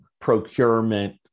procurement